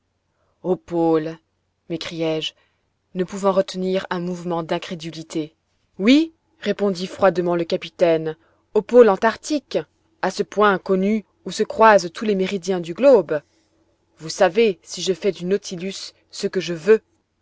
au pôle m'écriai-je ne pouvant retenir un mouvement d'incrédulité oui répondit froidement le capitaine au pôle antarctique à ce point inconnu où se croisent tous les méridiens du globe vous savez si je fais du nautilus ce que je veux